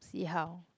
see how